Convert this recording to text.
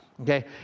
Okay